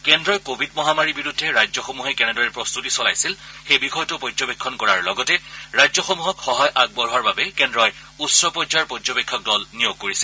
কেন্দ্ৰই কোৱিড মহামাৰীৰ বিৰুদ্ধে ৰাজ্যসমূহে কেনেদৰে প্ৰস্ততি চলাইছিল সেই বিষয়টো পৰ্যবেক্ষণ কৰাৰ লগতে ৰাজ্যসমূহক সহায় আগবঢ়োৱাৰ বাবে কেন্দ্ৰই উচ্চ পৰ্যায়ৰ পৰ্যবেক্ষক দল নিয়োগ কৰিছিল